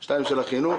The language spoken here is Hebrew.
שתיים של החינוך,